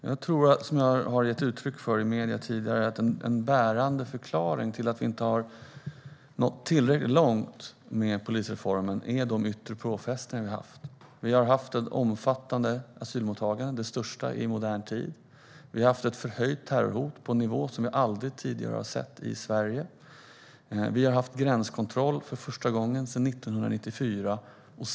Herr talman! Som jag tidigare gett uttryck för i medierna tror jag att en bärande förklaring till att vi inte har nått tillräckligt långt med polisreformen är de yttre påfrestningar vi haft. Vi har haft ett omfattande asylmottagande, det största i modern tid. Vi har haft ett förhöjt terrorhot på en nivå som vi aldrig tidigare sett i Sverige. Vi har haft gränskontroll för första gången sedan 1994.